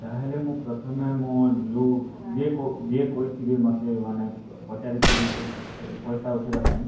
ତା'ହେଲେ ମୁଁ ପ୍ରଥମେ ମୋ ଯେଉଁ ଯିଏ କହିଥିବେ ମୋତେ ମାନେ ପଚାରିଥିବେ ଯେ ପଇସା ଉଠେଇବା ପାଇଁ